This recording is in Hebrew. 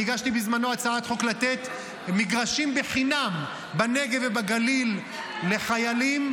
בזמנו הגשתי הצעת חוק לתת מגרשים בנגב ובגליל בחינם לחיילים,